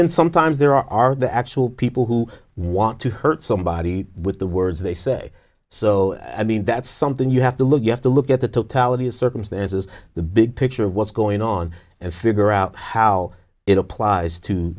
then sometimes there are the actual people who want to hurt somebody with the words they say so i mean that's something you have to look you have to look at the totality of circumstances the big picture of what's going on and figure out how it applies to